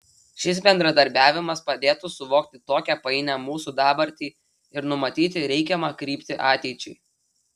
šis bendradarbiavimas padėtų suvokti tokią painią mūsų dabartį ir numatyti reikiamą kryptį ateičiai